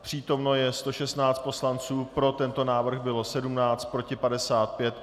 Přítomno je 116 poslanců, pro tento návrh bylo 17, proti 55.